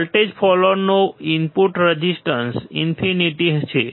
voltage ફોલોઅરનો input resistance infinite છે